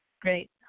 Great